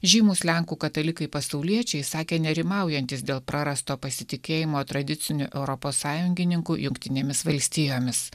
žymūs lenkų katalikai pasauliečiai sakė nerimaujantis dėl prarasto pasitikėjimo tradiciniu europos sąjungininku jungtinėmis valstijomis